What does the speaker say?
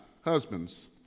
husbands